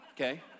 okay